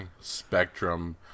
Spectrum